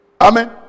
Amen